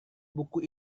buku